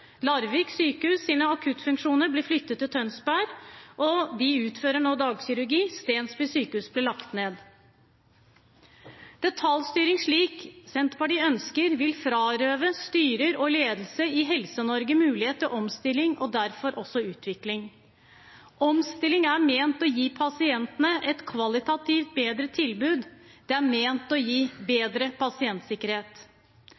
Larvik sykehus’ akuttfunksjoner ble flyttet til Tønsberg, og de utfører nå dagkirurgi. Stensby sykehus ble lagt ned. Detaljstyring, slik Senterpartiet ønsker, vil frarøve styrer og ledelser i Helse-Norge mulighet til omstilling og derfor også utvikling. Omstilling er ment å gi pasientene et kvalitativt bedre tilbud. Det er ment å gi